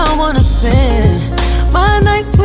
um wanna spend my nights